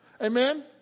Amen